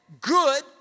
good